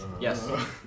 Yes